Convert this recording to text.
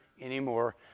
anymore